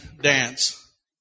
dance